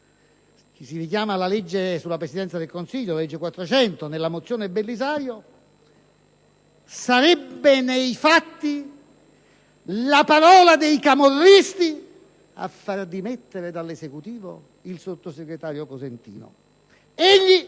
si richiama la legge sulla Presidenza del Consiglio, la n. 400 del 1988), sarebbe nei fatti la parola dei camorristi a far dimettere dall'Esecutivo il sottosegretario Cosentino. Egli,